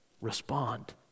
respond